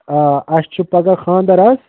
آ اَسہِ چھُ پَگاہ خانٛدَر اَکھ